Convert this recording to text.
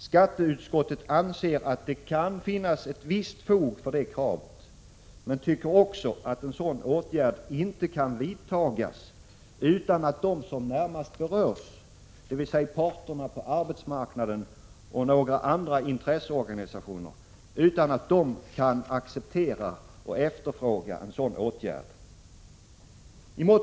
Skatteutskottet anser att det kan finnas ett visst fog för det kravet men tycker också att en sådan åtgärd inte kan vidtas utan att de som närmast berörs av den — dvs. parterna på arbetsmarknaden och några andra intresseorganisationer — kan acceptera den och efterfrågar en sådan åtgärd.